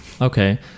Okay